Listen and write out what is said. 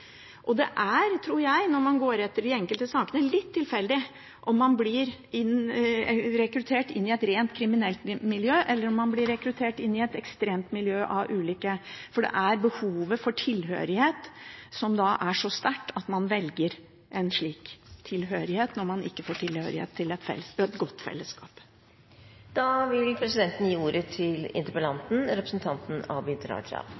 Det er, tror jeg, når man går etter de enkelte sakene, litt tilfeldig om man blir rekruttert inn i et rent kriminelt miljø, eller om man blir rekruttert inn i et ekstremt miljø av ulykke. Behovet for tilhørighet er så sterkt at man velger en slik tilhørighet når man ikke får tilhørighet til et